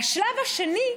והשלב השני,